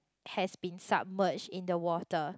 has been submerged in the water